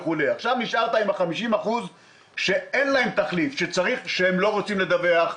נשארת עם 50% שלא רוצים לדווח,